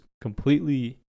completely